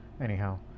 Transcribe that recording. anyhow